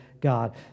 God